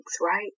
right